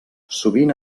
sovint